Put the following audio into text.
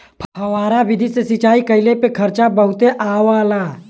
फौआरा विधि से सिंचाई कइले पे खर्चा बहुते आवला